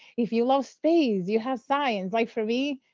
if you love space, you have science. like for me,